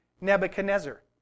Nebuchadnezzar